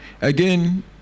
Again